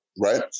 Right